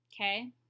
Okay